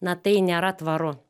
na tai nėra tvaru